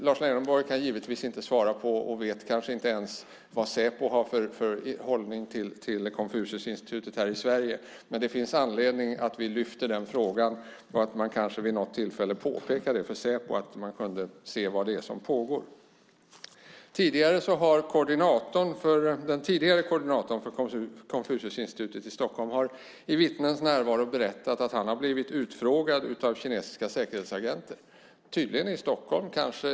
Lars Leijonborg kan givetvis inte svara på och vet kanske inte ens vilken hållning Säpo har till Konfuciusinstitutet i Sverige, men det finns anledning att lyfta upp frågan och kanske vid tillfälle påpeka för Säpo att man kan se efter vad som pågår. Den tidigare koordinatorn för Konfuciusinstitutet i Stockholm har i vittnens närvaro berättat att han har blivit utfrågad av kinesiska säkerhetsagenter, tydligen i Stockholm.